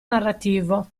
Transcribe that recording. narrativo